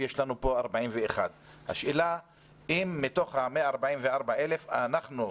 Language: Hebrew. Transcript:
יש לנו 41,000. השאלה אם מתוך ה-144,000 אנחנו,